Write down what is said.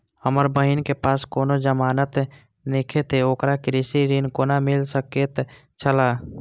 हमर बहिन के पास कोनो जमानत नेखे ते ओकरा कृषि ऋण कोना मिल सकेत छला?